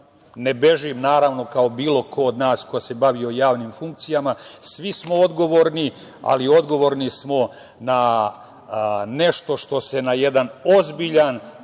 Ne bežim, naravno, kao bilo ko od nas ko se bavio javnim funkcijama. Svi smo odgovorni, ali odgovorni smo na nešto što se na jedan ozbiljan,